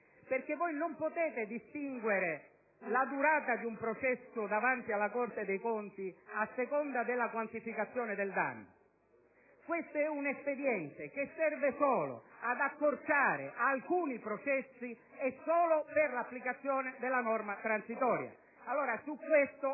Infatti, non potete distinguere la durata di un processo davanti alla Corte dei conti a seconda della quantificazione del danno: questo è un espediente che serve solo ad accorciare alcuni processi e solo per l'applicazione della norma transitoria.